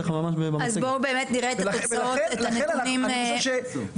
ולכן אני חושב,